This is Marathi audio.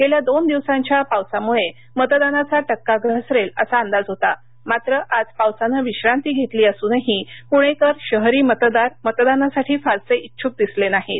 गेल्या दोन दिवसांच्या पावसासामुळे मतदानाचा टक्का घसरेल असा अंदाज होता मात्र आज पावसानं विश्रांती घेतली असुनही पुणेकर शहरी मतदार मतदानासाठी फारसे इच्छ्क दिसले नाहीत